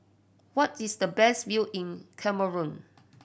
what is the best view in Cameroon